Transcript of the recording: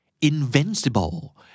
Invincible